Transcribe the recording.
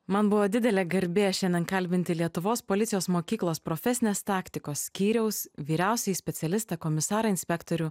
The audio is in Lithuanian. man buvo didelė garbė šiandien kalbinti lietuvos policijos mokyklos profesinės taktikos skyriaus vyriausiąjį specialistą komisarą inspektorių